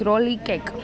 roly cake